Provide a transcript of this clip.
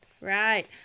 Right